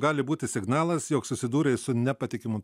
gali būti signalas jog susidūrei su nepatikimu